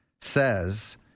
says